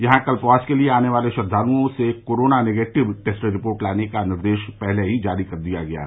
यहां कल्पवास के लिए आने वाले श्रद्वालुओं से कोरोना निगेटिव टेस्ट रिपोर्ट साथ लाने का निर्देश पहले ही जारी कर दिया गया था